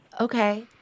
Okay